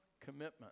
commitment